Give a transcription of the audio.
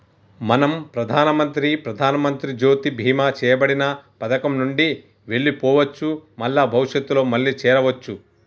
మనం ప్రధానమంత్రి ప్రధానమంత్రి జ్యోతి బీమా చేయబడిన పథకం నుండి వెళ్లిపోవచ్చు మల్ల భవిష్యత్తులో మళ్లీ చేరవచ్చు